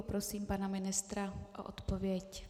Poprosím pana ministra o odpověď.